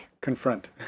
Confront